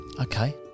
Okay